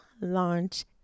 launch